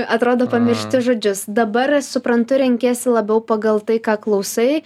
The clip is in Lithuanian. atrodo pamiršti žodžius dabar suprantu renkiesi labiau pagal tai ką klausai